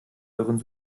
euren